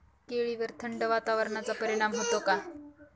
केळीवर थंड वातावरणाचा परिणाम होतो का?